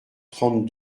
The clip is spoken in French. trente